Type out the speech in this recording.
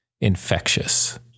infectious